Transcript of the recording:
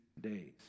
days